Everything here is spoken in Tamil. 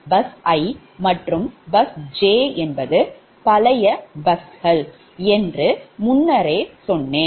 பஸ் i மற்றும் பஸ் j பழைய பஸ் என்று சொன்னேன்